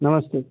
नमस्ते